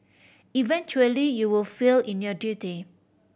eventually you will fail in your duty